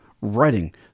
writing